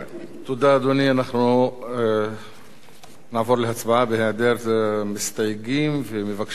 נעבור להצבעה, בהיעדר מסתייגים ומבקשי דיבור.